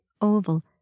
oval